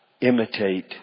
imitate